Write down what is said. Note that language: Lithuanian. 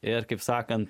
ir kaip sakant